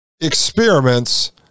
experiments